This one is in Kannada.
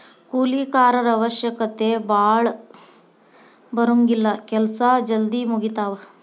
ಕೂಲಿ ಕಾರರ ಅವಶ್ಯಕತೆ ಭಾಳ ಬರುಂಗಿಲ್ಲಾ ಕೆಲಸಾ ಜಲ್ದಿ ಮುಗಿತಾವ